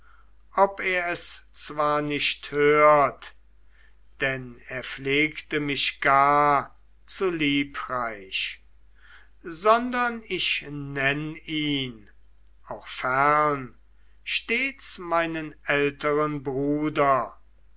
ob er es zwar nicht hört denn er pflegte mich gar zu liebreich sondern ich nenn ihn auch fern stets meinen älteren bruder